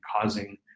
causing